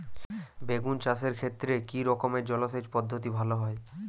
বেগুন চাষের ক্ষেত্রে কি রকমের জলসেচ পদ্ধতি ভালো হয়?